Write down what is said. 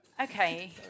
Okay